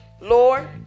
Lord